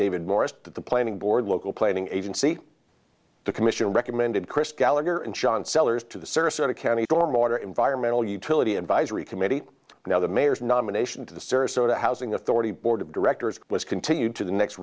david morris the planning board local planning agency the commission recommended chris gallagher and john sellers to the sarasota county storm water environmental utility advisory committee now the mayor's nomination to the sarasota housing authority board of directors was continued to the next